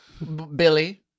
Billy